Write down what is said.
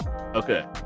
Okay